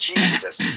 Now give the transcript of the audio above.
Jesus